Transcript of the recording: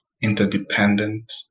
interdependent